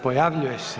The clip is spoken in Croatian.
Pojavljuje se.